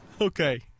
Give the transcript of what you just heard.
Okay